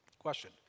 Question